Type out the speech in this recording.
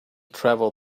travel